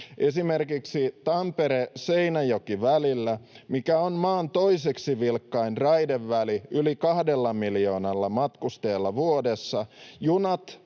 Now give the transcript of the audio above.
Esimerkiksi Tampere—Seinäjoki-välillä, mikä on maan toiseksi vilkkain raideväli yli kahdella miljoonalla matkustajalla vuodessa,